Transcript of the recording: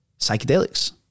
psychedelics